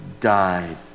died